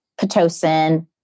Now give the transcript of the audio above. Pitocin